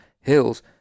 Hills